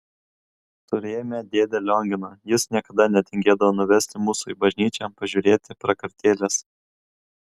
turėjome dėdę lionginą jis niekada netingėdavo nuvesti mūsų į bažnyčią pažiūrėti prakartėlės